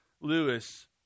Lewis